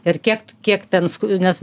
ir kiek t kiek ten sku nes